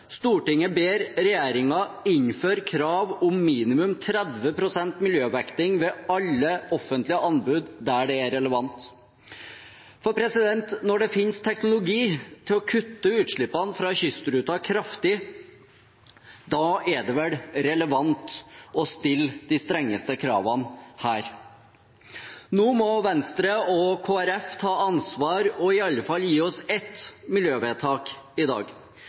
ber regjeringen innføre krav om minimum 30 pst. miljøvekting ved alle offentlige anbud der det er relevant.» Når det finnes teknologi til å kutte utslippene fra kystruten kraftig, er det vel relevant å stille de strengeste kravene her. Nå må Venstre og Kristelig Folkeparti ta ansvar og i alle fall gi oss ett miljøvedtak i dag,